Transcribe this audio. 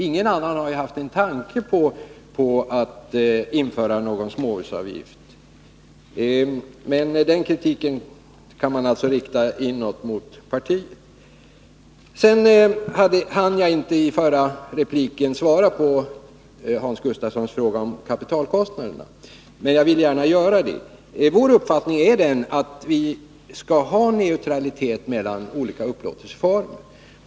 Ingen annan har haft någon tanke på att införa någon småhusavgift. Men den kritiken kan alltså riktas inåt mot partiet. Jag hann i mitt förra anförande inte svara på Hans Gustafssons fråga om kapitalkostnaderna, men jag vill gärna göra det. Vår uppfattning är att det skall råda neutralitet mellan olika upplåtelseformer.